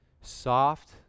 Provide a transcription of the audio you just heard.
Soft